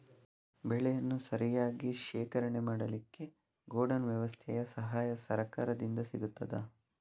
ಬೆಳೆಯನ್ನು ಸರಿಯಾಗಿ ಶೇಖರಣೆ ಮಾಡಲಿಕ್ಕೆ ಗೋಡೌನ್ ವ್ಯವಸ್ಥೆಯ ಸಹಾಯ ಸರಕಾರದಿಂದ ಸಿಗುತ್ತದಾ?